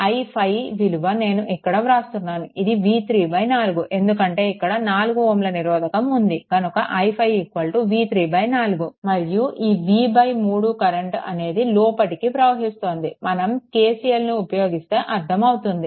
i5 విలువ నేను ఇక్కడ వ్రాస్తున్నాను ఇది v3 4 ఎందుకంటే ఇక్కడ 4 Ω నిరోధకం ఉంది కనుక i5 v3 4 మరియు ఈ v3 కరెంట్ అనేది లోపలికి వస్తోంది మనం KCLని ఉపయోగిస్తే అర్ధం అవుతుంది